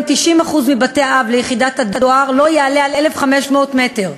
90% מבתי-האב ליחידת הדואר לא יעלה על 1,500 מטר,